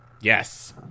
Yes